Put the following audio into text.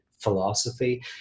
philosophy